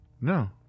No